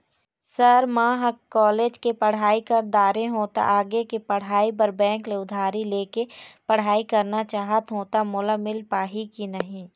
Sir म ह college के पढ़ाई कर दारें हों ता आगे के पढ़ाई बर बैंक ले उधारी ले के पढ़ाई करना चाहत हों ता मोला मील पाही की नहीं?